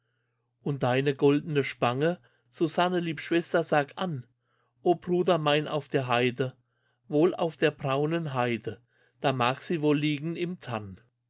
und deine goldene spange susanne lieb schwester sag an o bruder mein auf der heide wohl auf der braunen heide da mag sie wohl liegen im tann